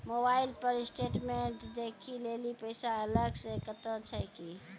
Mobile पर statement देखे लेली पैसा अलग से कतो छै की?